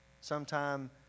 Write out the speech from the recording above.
sometime